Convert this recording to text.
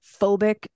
phobic